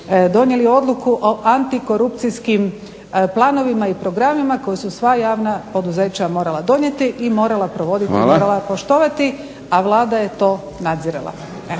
donijeli odluku o antikorupcijskim planovima i programima koji su sva javna poduzeća morala donijeti i morala provoditi, morala poštovati, a Vlada je to nadzirala.